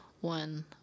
one